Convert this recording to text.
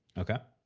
okay.